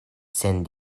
sen